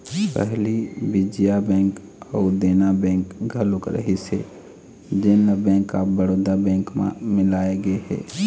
पहली विजया बेंक अउ देना बेंक घलोक रहिस हे जेन ल बेंक ऑफ बड़ौदा बेंक म मिलाय गे हे